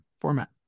format